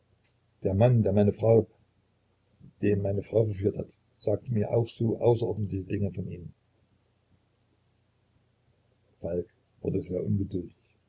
der mann der meine frau den meine frau verführt hat sagte mir auch so außerordentliche dinge von ihnen falk wurde sehr